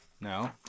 No